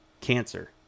cancer